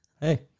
Hey